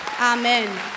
Amen